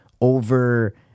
over